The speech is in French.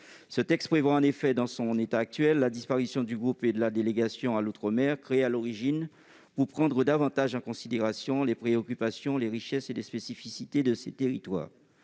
Ce texte prévoit en effet, dans son état actuel, la disparition du groupe et de la délégation à l'outre-mer créés à l'origine pour prendre davantage en considération les préoccupations, les richesses et les spécificités de ces territoires.